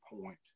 point